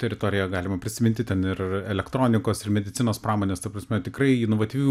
teritoriją galima prisiminti ten ir elektronikos ir medicinos pramonės ta prasme tikrai inovatyvių